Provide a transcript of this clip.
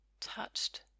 touched